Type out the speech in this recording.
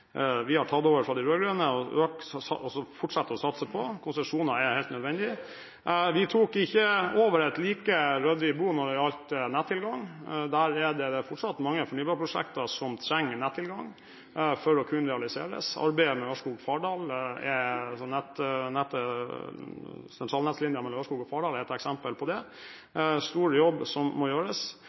har tatt over fra de rød-grønne, og som vi fortsetter å satse på. Konsesjoner er helt nødvendige. Vi tok ikke over et like ryddig bo når det gjaldt nettilgang. Der er det fortsatt mange fornybarprosjekter som trenger nettilgang for å kunne realiseres. Arbeidet med sentralnettlinjen mellom Ørskog og Fardal er et eksempel på det. Det er en stor jobb som må gjøres.